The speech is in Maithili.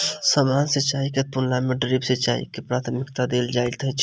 सामान्य सिंचाईक तुलना मे ड्रिप सिंचाई के प्राथमिकता देल जाइत अछि